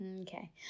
Okay